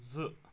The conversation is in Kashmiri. زٕ